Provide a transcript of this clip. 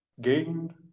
gained